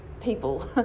people